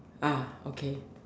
ah okay